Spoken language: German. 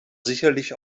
sicherlich